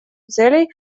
целей